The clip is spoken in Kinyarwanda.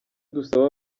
dusaba